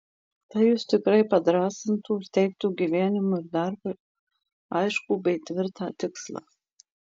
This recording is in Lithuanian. tai jus tikrai padrąsintų ir teiktų gyvenimui ir darbui aiškų bei tvirtą tikslą